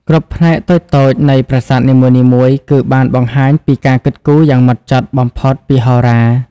គ្រប់ផ្នែកតូចៗនៃប្រាសាទនីមួយៗគឺបានបង្ហាញពីការគិតគូរយ៉ាងហ្មត់ចត់បំផុតពីហោរា។